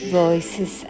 voices